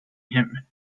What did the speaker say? him